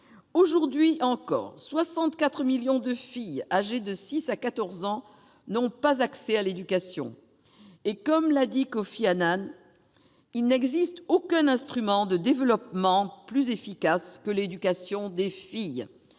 Aujourd'hui encore, 64 millions de filles âgées de 6 à 14 ans n'ont pas accès à l'éducation. Et comme l'a dit Kofi Annan, « il n'existe aucun instrument de développement plus efficace que l'éducation des filles